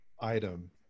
item